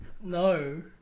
No